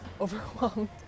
overwhelmed